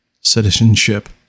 citizenship